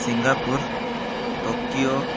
Singapore Tokyo